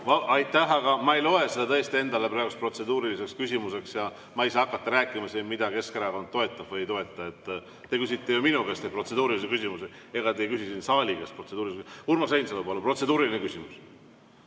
Aitäh! Ma ei loe seda tõesti praegu endale protseduuriliseks küsimuseks ja ma ei saa hakata rääkima, mida Keskerakond toetab või ei toeta. Te küsite ju minu käest protseduurilisi küsimusi, ega te ei küsi siin saali käest protseduurilisi küsimusi. Urmas Reinsalu, palun, protseduuriline küsimus!